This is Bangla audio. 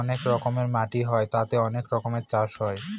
অনেক রকমের মাটি হয় তাতে অনেক রকমের চাষ হয়